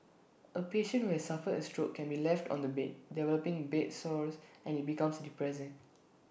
A patient who has suffered A stroke can be left on the bed developing bed sores and IT becomes depressing